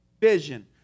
vision